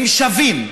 הן שוות.